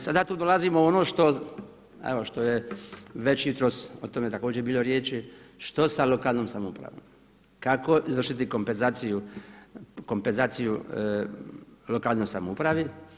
Sada tu dolazimo na ono što je već jutros o tome također bilo riječi, što sa lokalnom samoupravom, kako izvršiti kompenzaciju u lokalnoj samoupravi.